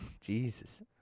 Jesus